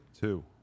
Two